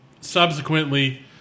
subsequently